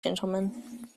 gentlemen